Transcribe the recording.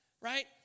right